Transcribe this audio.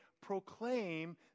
proclaim